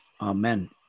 Amen